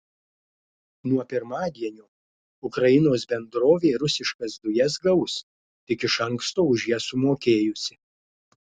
nuo pirmadienio ukrainos bendrovė rusiškas dujas gaus tik iš anksto už jas sumokėjusi